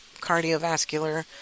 cardiovascular